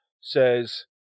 says